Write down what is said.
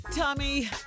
Tommy